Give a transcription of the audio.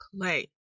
clay